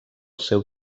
seu